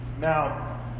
Now